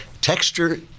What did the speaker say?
Texture